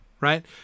right